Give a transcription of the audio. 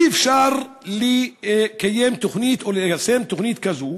אי-אפשר לקיים תוכנית או ליישם תוכנית כזאת.